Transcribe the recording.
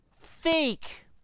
fake